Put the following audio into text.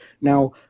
Now